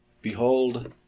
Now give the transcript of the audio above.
Behold